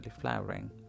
flowering